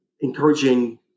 encouraging